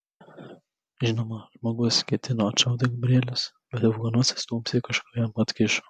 žinoma žmogus ketino atšauti gabrielius bet ilganosis tuomsyk kažką jam atkišo